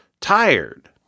tired